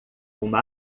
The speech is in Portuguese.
uma